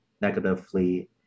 negatively